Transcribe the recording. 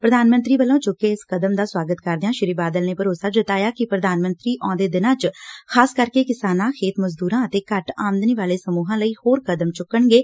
ਪ੍ਧਾਨ ਮੰਤਰੀ ਵੱਲੋਂ ਚੁੱਕੇ ਇਸ ਕਦਮ ਦਾ ਸੁਆਗਤ ਕਰਦਿਆਂ ਸ੍ਰੀ ਬਾਦਲ ਨੇ ਭਰੋਸਾ ਜਤਾਇਆ ਕਿ ਪ੍ਧਾਨ ਮੰਤਰੀ ਆਉਂਦੇ ਦਿਨਾਂ ਚ ਖ਼ਾਸ ਕਰਕੇ ਕਿਸਾਨਾਂ ਖੇਤ ਮਜ਼ਦੂਰਾਂ ਅਤੇ ਘੱਟ ਆਮਦਨੀ ਵਾਲੇ ਸਮੂਹਾਂ ਲਈ ਹੋਰ ਕਦਮ ਚੁੱਕਣਗੇ